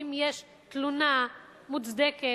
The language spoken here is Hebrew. שתהיה איזו כתובת שאם יש תלונה מוצדקת,